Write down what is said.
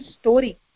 story